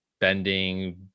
bending